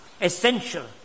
essential